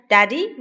Daddy